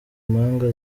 mpanga